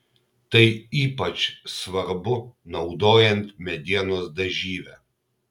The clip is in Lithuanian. tai ypač svarbu naudojant medienos dažyvę